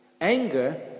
Anger